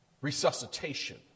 resuscitation